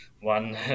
one